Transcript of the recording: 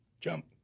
Jump